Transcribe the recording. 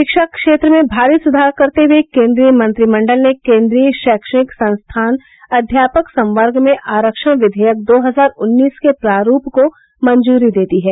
शिक्षा क्षेत्र में भारी सुधार करते हुए केंद्रीय मंत्रिमंडल ने केंद्रीय शैक्षणिक संस्थान अध्यापक समवर्ग में आरक्षण विधेयक दो हजार उन्नीस के प्रारूप को मंजूरी दे दी है